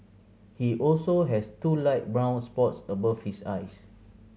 he also has two light brown spots above his eyes